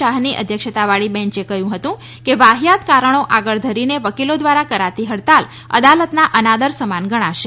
શાહની અધ્યક્ષતાવાળી બેંચે કહ્યું હતુંકે વાહીયાત કારણો આગળ ધરીને વકીલો દ્વારા કરાતી હડતાલ અદાલતના અનાદર સમાન ગણાશે